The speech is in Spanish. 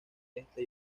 este